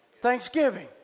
Thanksgiving